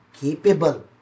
capable